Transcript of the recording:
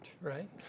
right